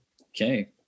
Okay